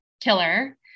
killer